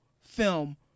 film